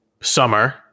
summer